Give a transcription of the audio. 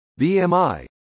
BMI